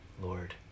Lord